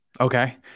Okay